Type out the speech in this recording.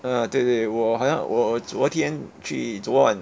uh 对对我好像我昨天去昨晚